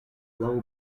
low